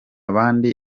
bandi